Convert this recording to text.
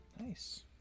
Nice